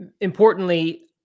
importantly